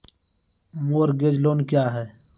Mortgage loan क्या है?